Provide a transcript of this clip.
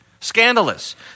Scandalous